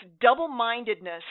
double-mindedness